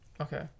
Okay